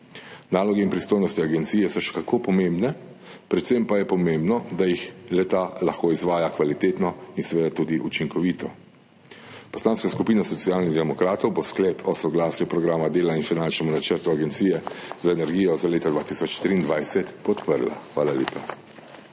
Naloge in pristojnosti agencije so še kako pomembne, predvsem pa je pomembno, da jih le-ta lahko izvaja kvalitetno in seveda tudi učinkovito. Poslanska skupina Socialnih demokratov bo Sklep o soglasju k Programu dela in finančnemu načrtu Agencije za energijo za leto 2023 podprla. Hvala lepa.